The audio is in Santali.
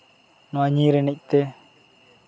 ᱱᱚᱣᱟ ᱧᱤᱨ ᱮᱱᱮᱡ ᱛᱮ